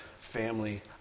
family